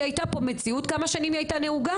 כי הייתה פה מציאות כמה שנים היא הייתה נהוגה?